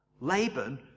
Laban